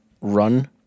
run